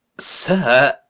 sir